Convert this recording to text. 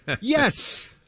Yes